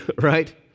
right